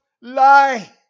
lie